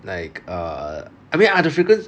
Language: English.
like err I mean are the frequent